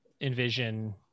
envision